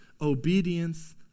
obedience